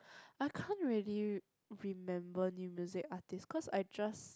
I can't really remember new music artist cause I just